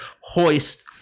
hoist